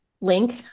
link